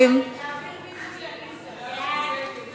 ההצעה להעביר את הצעת חוק סדר הדין